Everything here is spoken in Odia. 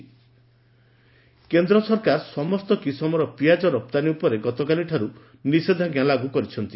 ଅନିୟନ୍ ଏକ୍ସପୋର୍ଟ କେନ୍ଦ୍ର ସରକାର ସମସ୍ତ କିସମର ପିଆଜ ରପ୍ତାନୀ ଉପରେ ଗତକାଲିଠାରୁ ନିଷେଧାଞ୍ଜା ଲାଗୁ କରିଛନ୍ତି